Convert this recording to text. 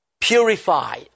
purify